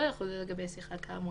לא יחולו לגבי שיחה כאמור,